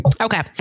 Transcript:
okay